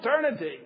eternity